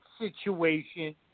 situation